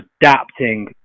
adapting